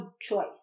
choice